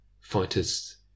fighters